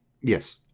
Yes